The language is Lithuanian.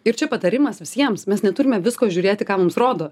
ir čia patarimas visiems mes neturime visko žiūrėti ką mums rodo